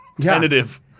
tentative